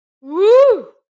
Woo